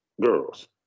girls